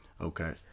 okay